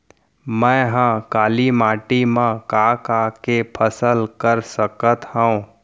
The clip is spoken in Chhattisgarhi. मै ह काली माटी मा का का के फसल कर सकत हव?